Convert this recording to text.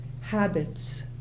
habits